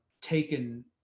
taken